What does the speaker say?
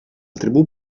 tribù